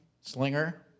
Slinger